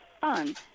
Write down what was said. fun